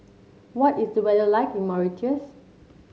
what is the weather like in Mauritius